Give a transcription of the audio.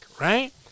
right